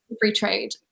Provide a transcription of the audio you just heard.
free-trade